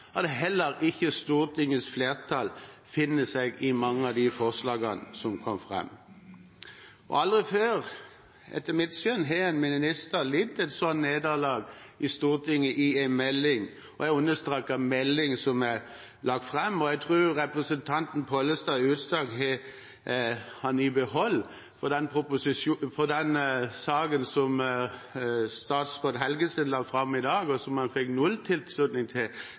dag at heller ikke Stortingets flertall finner seg i mange av de forslagene som kom fram. Aldri før etter mitt syn har en minister lidd et slikt nederlag i Stortinget i forbindelse med en melding – og jeg understreker melding – som er lagt fram, og jeg tror representanten Pollestad har sine utsagn i behold når det gjelder den saken som statsråd Helgesen la fram i dag, og som han fikk null tilslutning til.